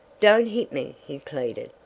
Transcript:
don't hit me, he pleaded,